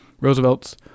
Roosevelt's